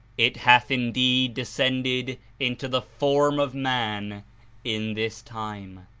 it hath indeed descended into the form of man in this time.